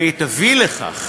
והיא תביא לכך,